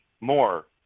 more